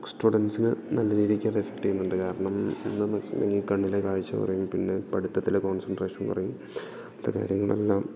സ്റ്റുഡൻസിന് നല്ല രീതിക്കത് ഇഫക്ട് ചെയ്യുന്നുണ്ട് കാരണം എന്താന്നു വെച്ചിട്ടുണ്ടെങ്കിൽ കണ്ണിലെ കാഴ്ച്ച കുറയും പിന്നെ പഠിത്തത്തിലെ കോൺസൻട്രേഷൻ കുറയും അപ്പം അത് കാര്യങ്ങളെല്ലാം